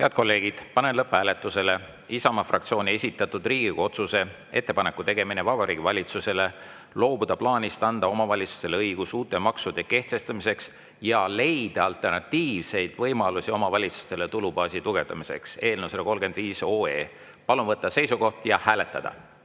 Head kolleegid, panen lõpphääletusele Isamaa fraktsiooni esitatud Riigikogu otsuse "Ettepaneku tegemine Vabariigi Valitsusele loobuda plaanist anda omavalitsustele õigus uute maksude kehtestamiseks ja leida alternatiivseid võimalusi omavalitsustele tulubaasi tugevdamiseks" eelnõu 135. Palun võtta seisukoht ja hääletada!